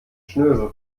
schnösel